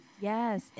Yes